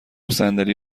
صندلی